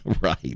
Right